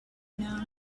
know